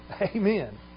Amen